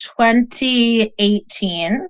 2018